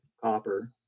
copper